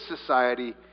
society